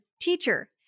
teacher